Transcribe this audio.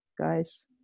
guys